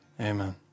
Amen